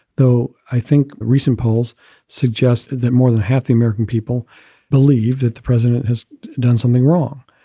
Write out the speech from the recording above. though, i think recent polls suggest that more than half the american people believe that the president has done something wrong.